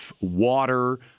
water